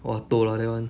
!wah! toh lah that [one]